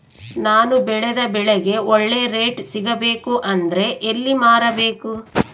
ನಾನು ಬೆಳೆದ ಬೆಳೆಗೆ ಒಳ್ಳೆ ರೇಟ್ ಸಿಗಬೇಕು ಅಂದ್ರೆ ಎಲ್ಲಿ ಮಾರಬೇಕು?